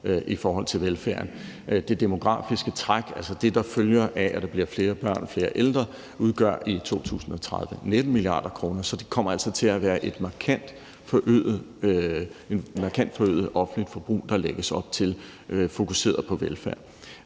i forhold til velfærden. Det demografiske træk, altså det, der følger af, at der bliver flere børn og flere ældre, udgør i 2030 19 mia. kr. Så det kommer altså til at være et markant forøget offentligt forbrug, der lægges op til, fokuseret på velfærd.